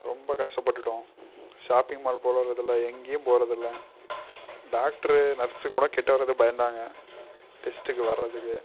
ரொம்ப கஷ்டப்பட்டுட்டோம் shopping mall போகிறதில்ல எங்கேயும் போகிறதில்ல டாக்டர் நர்ஸ் கூட கிட்ட வரதுக்கு பயந்தாங்க டெஸ்ட்டுக்கு வரதுக்கு